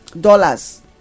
dollars